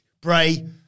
Bray